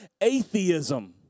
atheism